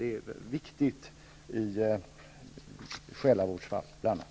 Det är viktigt i bl.a.